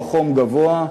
לא חום גבוה,